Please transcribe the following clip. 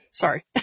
Sorry